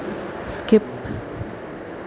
skip